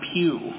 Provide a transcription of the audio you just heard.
pew